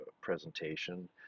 presentation